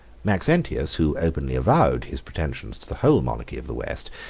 maxentius who openly avowed his pretensions to the whole monarchy of the west,